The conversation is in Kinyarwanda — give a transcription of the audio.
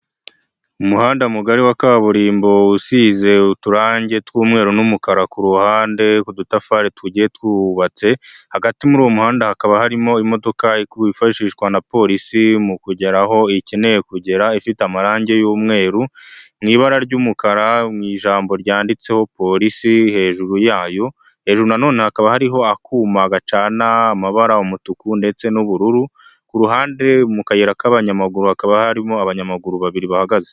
Umuhanda mugari wa kaburimbo usize uturange tw'umweru n'umukara ku ruhande ku udutafari tugiye twubatse, hagati muri uwo muhanda hakaba harimo imodoka yifashishwa na polisi mu kugera aho ikeneye kugera, ifite amarangi y'umweru mu ibara ry'umukara mu ijambo ryanditseho polisi hejuru yayo, hejuru nanone hakaba hariho akuma gacana amabara umutuku ndetse n'ubururu, ku ruhande mu kayira k'abanyamaguru hakaba harimo abanyamaguru babiri bahagaze.